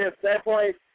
standpoint